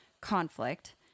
conflict